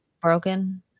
broken